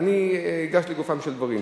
ואני אגש לגופם של דברים.